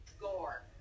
Gore